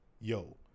yo